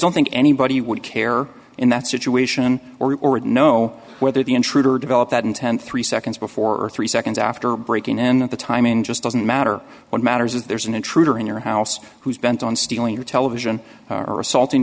don't think anybody would care in that situation or know whether the intruder develop that intent three before three seconds after breaking and the timing just doesn't matter what matters if there's an intruder in your house who's bent on stealing your television or assaulting